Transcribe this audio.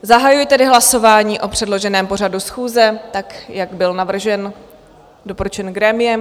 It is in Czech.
Zahajuji tedy hlasování o předloženém pořadu schůze, tak jak byl navržen a doporučen grémiem.